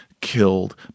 killed